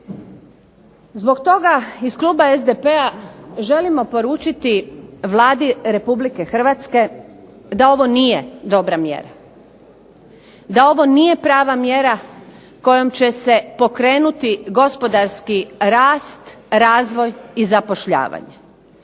Zbog toga iz kluba SDP-a želimo poručiti Vladi RH da ovo nije dobra mjera, da ovo nije prava mjera kojom će se pokrenuti gospodarski rast, razvoj i zapošljavanje.